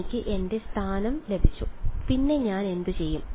എനിക്ക് എന്റെ സ്ഥാനം ലഭിച്ചു പിന്നെ ഞാൻ എന്തുചെയ്യും